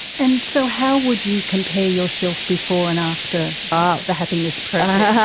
and so how would you compare yourself before and after um the happiness project?